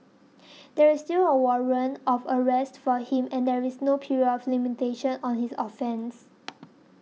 there is still a warrant of arrest for him and there is no period of limitation on his offence